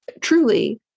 truly